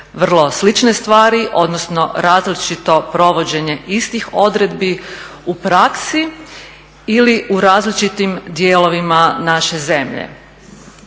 vrlo slične stvari, odnosno različito provođenje istih odredbi u praksi ili u različitim dijelovima naše zemlje.